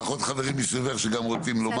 תודה ליאת, יש לך עוד חברים מסביבך שרוצים לומר.